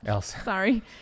Sorry